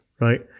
right